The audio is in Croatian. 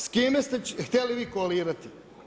S kime ste htjeli vi koalirati?